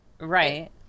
Right